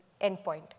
endpoint